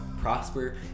prosper